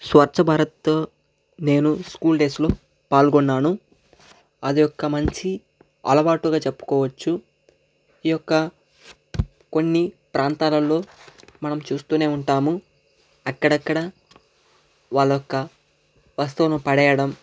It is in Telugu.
స్వచ్ఛభారత్ నేను స్కూల్ డేస్లో పాల్గొన్నాను అది ఒక మంచి అలవాటుగా చెప్పుకోవచ్చు ఈ యొక్క కొన్ని ప్రాంతాలలో మనం చూస్తూనే ఉంటాము అక్కడక్కడ వాళ్ళ యొక్క వస్తువును పడేయడం